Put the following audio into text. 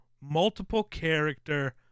multiple-character